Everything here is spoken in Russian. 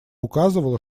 указывала